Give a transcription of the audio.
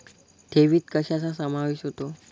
ठेवीत कशाचा समावेश होतो?